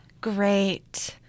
great